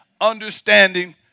understanding